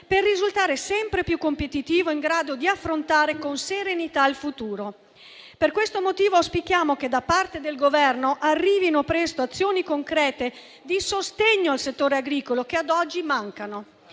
per risultare sempre più competitivo e in grado di affrontare con serenità il futuro. Per questo motivo, auspichiamo che, da parte del Governo, arrivino presto azioni concrete di sostegno al settore agricolo, che ad oggi mancano.